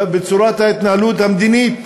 בצורת ההתנהלות המדינית